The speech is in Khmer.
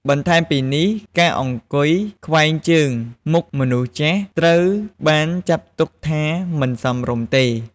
បន្ថែមពីនេះ ការអង្គុយខ្វែងជើងមុខមនុស្សចាស់ត្រូវបានចាត់ទុកថាមិនសមរម្យទេ។